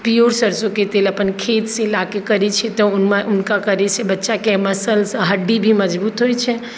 pure सरसौंके तेल अपन खेतसँ लाकर करै छियै तऽ हुनका करैसँ बच्चाके मसल्स हड्डी भी मजबूत होइ छै